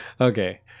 Okay